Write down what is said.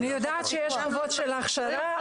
אני יודעת שיש חובות של הכשרה,